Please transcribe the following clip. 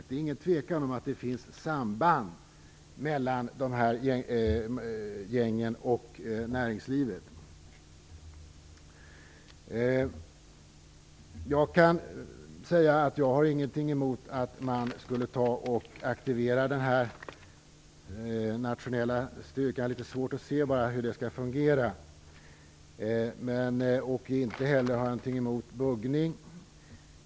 Det är ingen tvekan om att det finns samband mellan gängen och näringslivet. Jag har ingenting emot att man aktiverar den nationella styrkan. Jag har bara litet svårt att se hur det skulle fungera. Inte heller har jag någonting emot buggning.